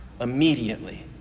immediately